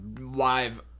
live